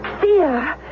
fear